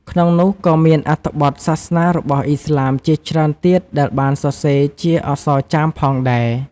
ក្នុងនោះក៏មានអត្ថបទសាសនារបស់អ៊ីស្លាមជាច្រើនទៀតដែលបានសរសេរជាអក្សរចាមផងដែរ។